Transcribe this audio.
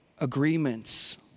agreements